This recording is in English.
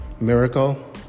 miracle